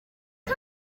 you